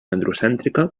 androcèntrica